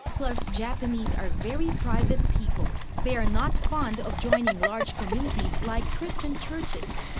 plus, japanese are very private people. they are not fond of joining large communities like christian churches.